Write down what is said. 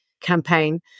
campaign